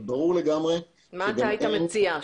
מה היית מציע?